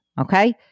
Okay